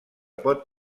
pot